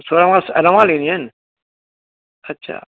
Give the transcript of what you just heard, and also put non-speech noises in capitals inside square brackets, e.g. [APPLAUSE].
सोरहां [UNINTELLIGIBLE] अछा